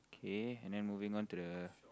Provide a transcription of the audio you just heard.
k and then moving on to the